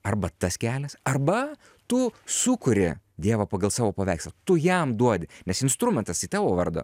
arba tas kelias arba tu sukuri dievą pagal savo paveikslą tu jam duodi nes instrumentas tai tavo vardo